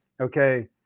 okay